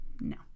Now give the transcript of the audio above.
no